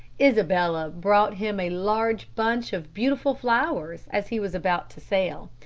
isabella brought him a large bunch of beautiful flowers as he was about to sail,